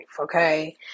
Okay